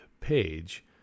page